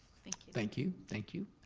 thank you, thank you thank you.